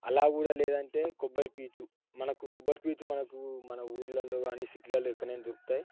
అలా కూడా లేదంటే కొబ్బరి పీచు మనకు కొబ్బరి పీచు మనకు మన ఊర్లల్లో కానీ సిటీలల్లో ఎక్కన్నైనా దొరుకుతాయి